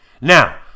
Now